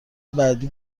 بعدی